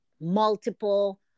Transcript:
multiple